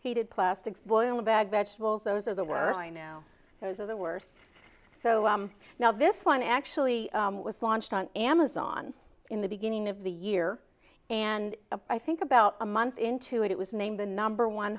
heated plastics boil bad vegetables those are the worst now those are the worst so now this one actually was launched on amazon in the beginning of the year and a i think about a month into it it was named the number one